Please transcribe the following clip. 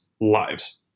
lives